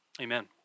Amen